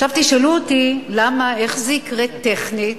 עכשיו, תשאלו אותי: איך זה יקרה טכנית?